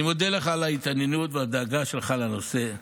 אני מודה לך על ההתעניינות והדאגה שלך לנושא.